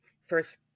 first